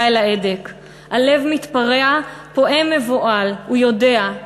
אל ההדק // הלב מתפרע / פועם מבוהל / הוא יודע,